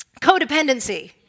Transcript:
codependency